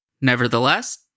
Nevertheless